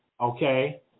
Okay